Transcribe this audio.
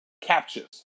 captures